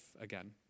again